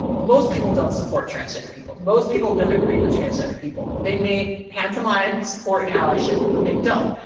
most people don't support transgender people. most people don't agree with transgender people. they may pantomime support and allyship, but they don't.